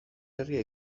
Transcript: herria